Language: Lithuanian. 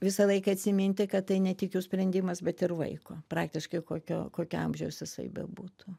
visą laiką atsiminti kad tai ne tik jų sprendimas bet ir vaiko praktiškai kokio kokio amžiaus jisai bebūtų